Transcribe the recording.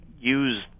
use